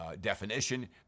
definition